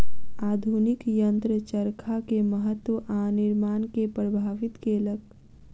आधुनिक यंत्र चरखा के महत्त्व आ निर्माण के प्रभावित केलक